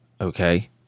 Okay